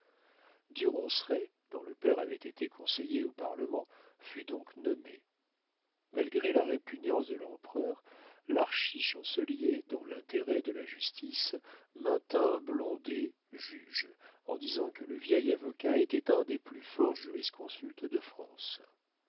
ronceret dont le père avait été conseiller au parlement fut donc nommé malgré la répugnance de l'empereur larchi chancelier dans l'intérêt de la justice maintint blondet juge en disant que le vieil avocat était un des plus forts jurisconsultes de france